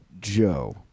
Joe